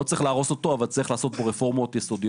לא צריך להרוס אותו אבל כן צריך לנהל בו רפורמות יסודיות.